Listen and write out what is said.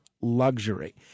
luxury